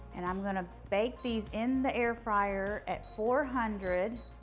and i'm going to bake these in the air fryer at four hundred